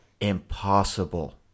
impossible